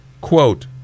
Quote